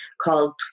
called